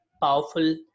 Powerful